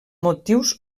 motius